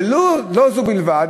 ולא זו בלבד,